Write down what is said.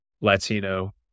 Latino